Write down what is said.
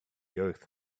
earth